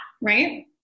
right